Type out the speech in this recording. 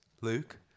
Luke